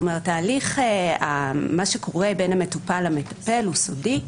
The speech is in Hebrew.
כלומר, מה שקורה בין המטופל למטפל הוא סודי.